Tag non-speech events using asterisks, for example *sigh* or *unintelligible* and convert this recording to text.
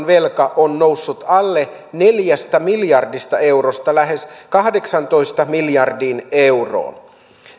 *unintelligible* velka on noussut alle neljästä miljardista eurosta lähes kahdeksaantoista miljardiin euroon